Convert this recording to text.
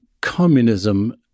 communism